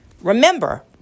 Remember